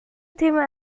thema